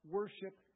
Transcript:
worship